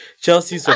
Chelsea